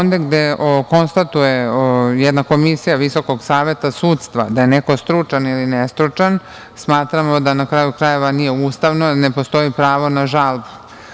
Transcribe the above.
Onda konstatuje jedna komisija VSS da li je neko stručan ili ne stručan, smatramo da na kraju krajeva nije ustavno, jer ne postoji pravo na žalbu.